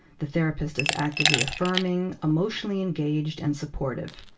the therapist is actively affirming, emotionally engaged, and supportive.